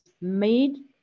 made